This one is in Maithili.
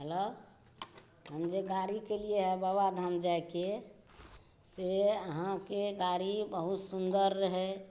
हेलो हम जे गाड़ी केलियै बाबाधाम जायके से अहाँकेॅं गाड़ी बहुत सुन्दर रहै